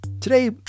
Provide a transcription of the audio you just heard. Today